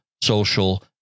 social